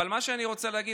אבל מה שאני רוצה להגיד,